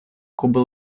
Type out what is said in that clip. коби